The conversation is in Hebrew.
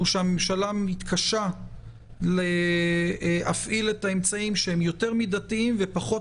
הוא שהממשלה מתקשה להפעיל את האמצעים שהם יותר מדתיים ופחות